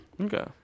Okay